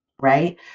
right